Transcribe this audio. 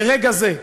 לרגע זה,